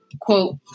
Quote